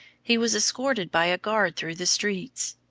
he was escorted by a guard through the streets.